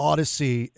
Odyssey